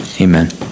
amen